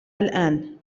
الآن